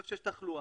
איפה שיש תחלואה,